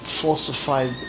Falsified